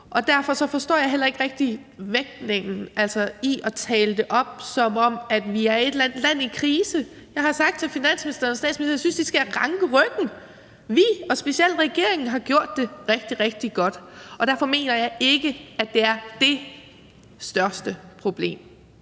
Derfor forstår jeg heller ikke rigtig vægtningen i at tale det op, som om vi er et eller andet land i krise. Jeg har sagt til finansministeren og statsministeren, at jeg synes, de skal ranke ryggen. Vi og specielt regeringen har gjort det rigtig, rigtig godt, og derfor mener jeg ikke, at det er det største problem.